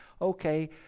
Okay